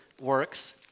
works